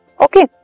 Okay